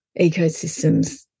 ecosystems